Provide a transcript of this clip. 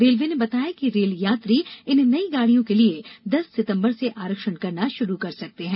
railway ने बताया कि रेल यात्री इन नई गाडियों के लिए दस सितंबर से आरक्षण करना शुरू कर सकते हैं